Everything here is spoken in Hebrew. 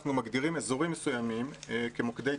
מגדירים אזורים מסוימים כמוקדי התפרצות.